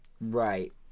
Right